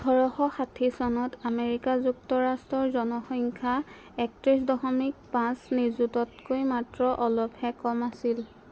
ওঠৰশ ষাঠি চনত আমেৰিকা যুক্তৰাষ্ট্ৰৰ জনসংখ্যা একত্ৰিছ দশমিক পাঁচ নিযুততকৈ মাত্ৰ অলপহে কম আছিল